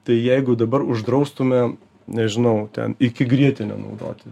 tai jeigu dabar uždraustume nežinau ten iki grietinę naudoti